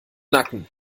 nacken